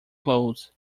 clothes